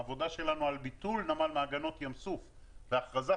העבודה שלנו על ביטול נמל מעגנות ים סוף והכרזת